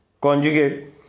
conjugate